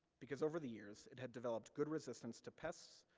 because over the years it had developed good resistance to pests,